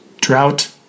Drought